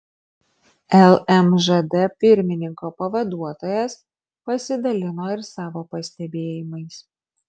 lmžd pirmininko pavaduotojas pasidalino ir savo pastebėjimais